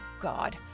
God